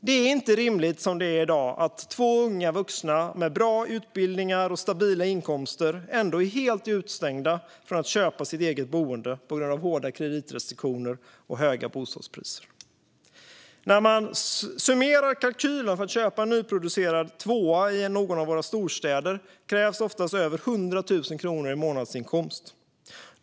Det är inte rimligt som det är i dag att två unga vuxna med bra utbildningar och stabila inkomster är helt utestängda från att köpa ett eget boende på grund av hårda kreditrestriktioner och höga bostadspriser. När man summerar kalkylen för att köpa en nyproducerad tvåa i någon av våra storstäder krävs ofta över 100 000 kronor i månadsinkomst.